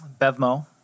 Bevmo